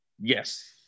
Yes